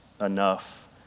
enough